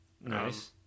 Nice